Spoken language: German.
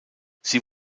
sie